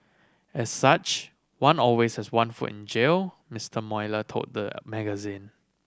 as such one always has one foot in jail Mister Mueller told the magazine